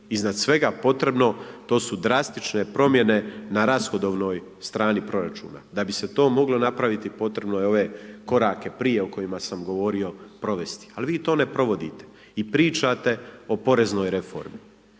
iznad svega potrebno to su drastične promjene na rashodovnoj strani proračuna, da bi se to moglo napraviti potrebno je ove korake prije o kojima sam govorio, provesti. Ali vi to ne provodite i pričate o poreznoj reformi